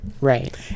Right